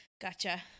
Gotcha